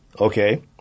okay